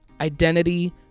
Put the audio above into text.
Identity